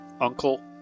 Uncle